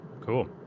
Cool